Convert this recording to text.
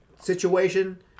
situation